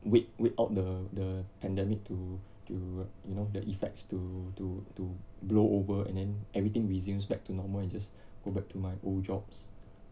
wait wait out the the pandemic to to you know the effects to to to blow over and then everything resumes back to normal and just go back to my old jobs